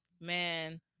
Man